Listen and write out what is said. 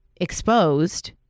exposed